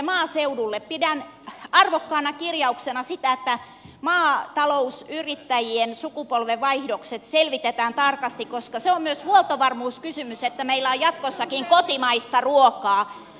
pidän arvokkaana kirjauksena sitä että maatalousyrittäjien sukupolvenvaihdokset selvitetään tarkasti koska se on myös huoltovarmuuskysymys että meillä on jatkossakin kotimaista ruokaa